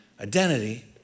Identity